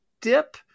dip